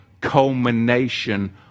culmination